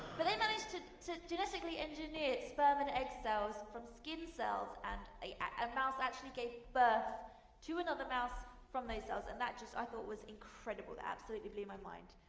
but they managed to to genetically engineer sperm and egg cells from skin cells and a um mouse actually gave birth to another mouse from those cells and that just, i thought was incredible, it absolutely blew my mind.